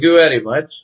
આભાર